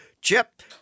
Chip